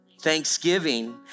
thanksgiving